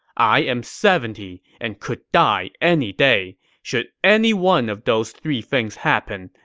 i am seventy and could die any day. should any one of those three things happen,